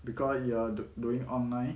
because you are do~ doing online